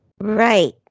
right